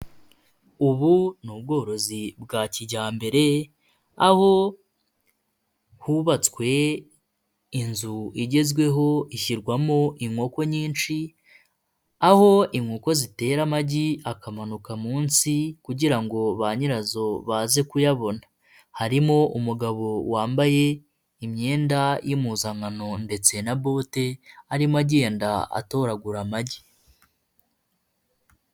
Ubu ni ubworozi bwa kijyambere, aho hubatswe inzu igezweho ishyirwamo inkoko nyinshi, aho inkoko zitera amagi akamanuka munsi, kugira ngo ba nyirazo baze kuyabona, harimo umugabo wambaye imyenda y'impuzankano ndetse na bote, arimo agenda atoragura amagi.